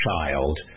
child